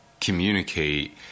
communicate